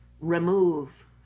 remove